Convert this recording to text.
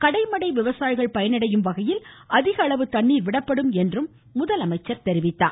கடைமடை விவசாயிகள் பயனடையும் வகையில் அதிகளவு தண்ணீர் விடப்படும் என்றும் அவர் கூறினார்